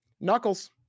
Knuckles